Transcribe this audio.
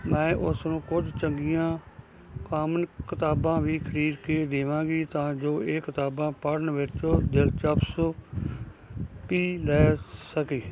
ਮੈਂ ਉਸਨੂੰ ਕੁਝ ਚੰਗੀਆਂ ਕਾਮਨ ਕਿਤਾਬਾਂ ਵੀ ਖਰੀਦ ਕੇ ਦੇਵਾਂਗੀ ਤਾਂ ਜੋ ਇਹ ਕਿਤਾਬਾਂ ਪੜ੍ਹਨ ਵਿੱਚ ਦਿਲਚਸਪੀ ਲੈ ਸਕੇ